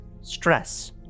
stress